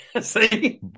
See